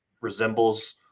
resembles –